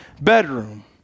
bedroom